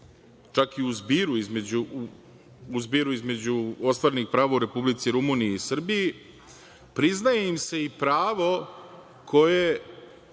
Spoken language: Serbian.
čak i u zbiru između ostvarenih prava u Republici Rumuniji i Srbiji, priznaje im se i vremenski